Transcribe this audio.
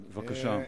בבקשה.